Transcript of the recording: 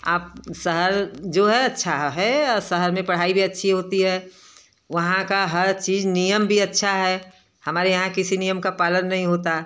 आप शहर जो है अच्छा है और शहर में पढ़ाई भी अच्छी होती है वहाँ का हर चीज़ नियम भी अच्छा है हमारे यहाँ किसी नियम का पालन नहीं होता